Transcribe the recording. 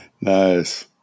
Nice